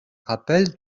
rappel